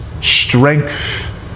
strength